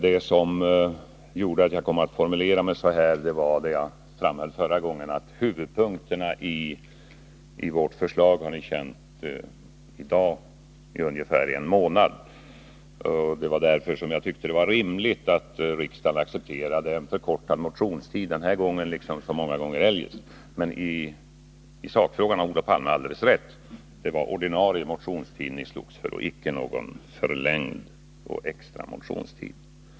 Det som gjorde att jag kom att formulera mig så här var, som jag framhöll förra gången, att huvudpunkterna i vårt förslag har varit kända i ungefär en månad i dag. Det var därför jag tyckte det var rimligt att riksdagen accepterade en förkortad motionstid den här gången liksom så många gånger eljest. I sakfrågan har Olof Palme alldeles rätt — det var ordinarie motionstid ni slogs för och icke någon förlängd eller extra motionstid.